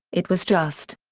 it was just.